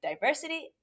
diversity